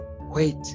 wait